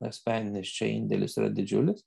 asmeninis čia indėlis yra didžiulis